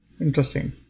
Interesting